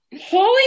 holy